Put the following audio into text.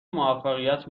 موفقیت